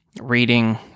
Reading